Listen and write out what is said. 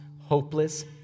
hopeless